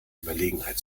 überlegenheit